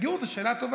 גיור זה שאלה טובה.